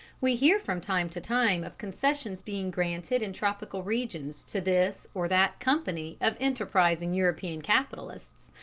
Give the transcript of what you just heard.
we hear from time to time of concessions being granted in tropical regions to this or that company of enterprising european capitalists,